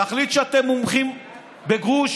להחליט שאתם מומחים בגרוש.